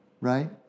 right